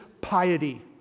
piety